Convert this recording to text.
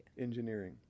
Engineering